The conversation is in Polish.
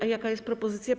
A jaka jest propozycja?